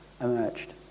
emerged